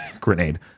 grenade